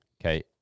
Okay